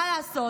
מה לעשות.